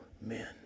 men